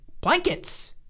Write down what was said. blankets